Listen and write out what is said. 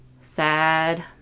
sad